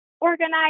organize